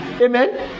amen